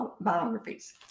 biographies